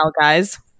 guys